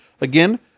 again